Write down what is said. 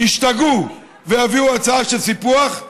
ישתגעו ויביאו הצעה של סיפוח,